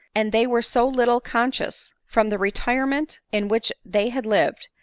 and they were so little conscious, from the retirement in which they had lived,